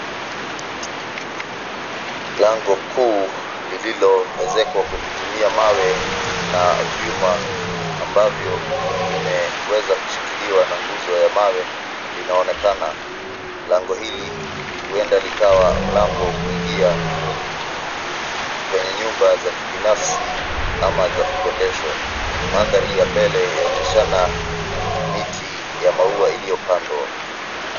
Lango kuu lililoezekwa kwa kutumia mawe na vyuma, ambavyo vimeweza kushikiliwa na nguzo ya mawe, linaonekana. Lango hili huenda likawa mlango kuingia kwenye nyumba za kibinafsi ama za kukodeshwa. Mandhari ya mbele inaonyesha miti ya maua iliyopandwa.